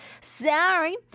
Sorry